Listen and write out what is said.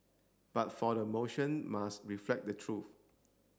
but the motion must reflect the truth